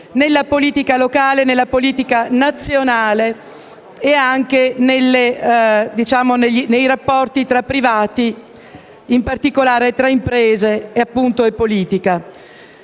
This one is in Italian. nella politica locale, nella politica nazionale e anche nei rapporti tra privati, in particolare tra imprese e politica.